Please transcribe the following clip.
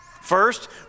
First